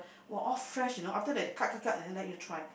!wah! all fresh you know after that they cut cut cut and then let you try